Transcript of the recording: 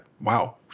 Wow